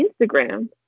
Instagram